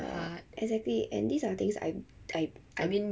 ya exactly and these are thing I I I